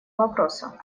вопроса